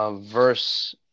Verse